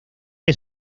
que